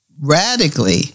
Radically